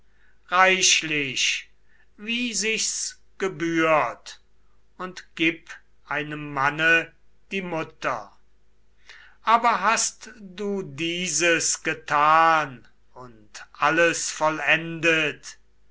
reichlich wie sich's gebührt und gib einem manne die mutter aber hast du dieses getan und alles vollendet